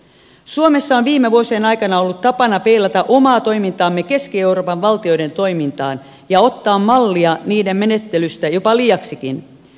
suomessa on viime vuosien aikana ollut tapana peilata omaa toimintaamme keski euroopan valtioiden toimintaan ja ottaa mallia niiden menettelystä jopa liiaksikin